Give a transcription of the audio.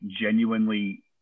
genuinely